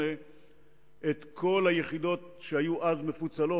שאיגד כבר בתחילת 2008 את כל היחידות שהיו אז מפוצלות,